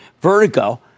vertigo